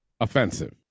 offensive